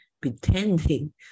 pretending